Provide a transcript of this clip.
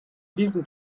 diesem